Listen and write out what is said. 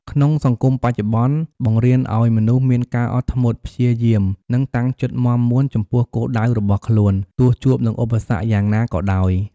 ក្នុងសង្គមបច្ចុប្បន្ន បង្រៀនឱ្យមនុស្សមានការអត់ធ្មត់ ព្យាយាម និងតាំងចិត្តមាំមួនចំពោះគោលដៅរបស់ខ្លួន ទោះជួបនឹងឧបសគ្គយ៉ាងណាក៏ដោយ។